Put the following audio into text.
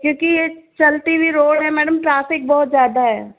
क्योंकि यह चलती हुई रोड है मैडम ट्रैफिक बहुत ज़्यादा है